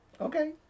Okay